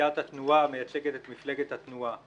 ולסיעת התנועה המייצגת את מפלגת התנועה.